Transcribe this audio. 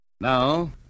Now